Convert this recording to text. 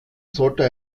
sollte